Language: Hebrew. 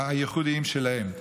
הייחודיים שלהם.